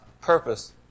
purpose